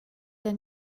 der